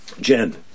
jen